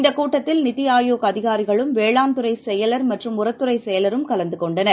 இந்தக் கூட்டத்தில் நித்திஆயோக் அதிகாரிகளும் வேளாண் துறைசெயலர் மற்றும் உரத் துறைசெயலரும் கலந்துகொண்டனர்